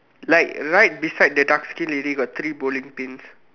like right beside the dark skin lady got three bowling pins